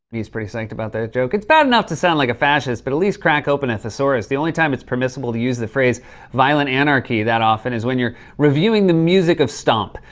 he's pretty psyched about that joke. it's bad enough to sound like a fascist, but at least crack open a thesaurus. the only time it's permissible to use the phrase violent anarchy that often is when you're reviewing the music of stomp.